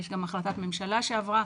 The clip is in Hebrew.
יש גם החלטת ממשלה שעברה